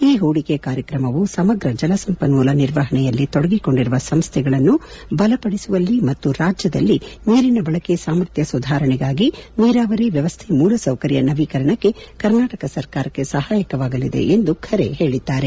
ಈ ಹೂಡಿಕೆ ಕಾರ್ಯಕ್ರಮವು ಸಮಗ್ರ ಜಲ ಸಂಪನ್ಮೂಲ ನಿರ್ವಹಣೆಯಲ್ಲಿ ತೊಡಗಿಕೊಂಡಿರುವ ಸಂಸ್ಥೆಗಳನ್ನು ಬಲಪದಿಸುವಲ್ಲಿ ಮತ್ತು ರಾಜ್ಯದಲ್ಲಿ ನೀರಿನ ಬಳಕೆ ಸಾಮರ್ಥ್ಯ ಸುಧಾರಣೆಗಾಗಿ ನೀರಾವರಿ ವ್ಯವಸ್ಥೆ ಮೂಲಸೌಕರ್ಯ ನವೀಕರಣಕ್ಕೆ ಕರ್ನಾಟಕ ಸರ್ಕಾರಕ್ಕೆ ಸಹಾಯವಾಗಲಿದೆ ಎಂದು ಖರೆ ಹೇಳಿದ್ದಾರೆ